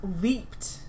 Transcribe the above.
Leaped